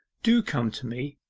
do come to me.